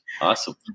Awesome